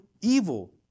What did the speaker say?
evil